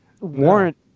warrant